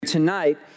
Tonight